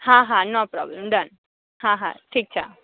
હા હા no problem done હા હા ઠીક છે